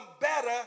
better